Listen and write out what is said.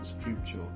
scripture